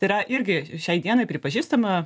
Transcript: tai yra irgi šiai dienai pripažįstama